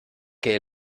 que